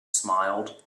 smiled